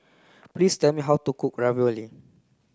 please tell me how to cook Ravioli